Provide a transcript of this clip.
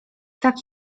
tak